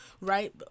right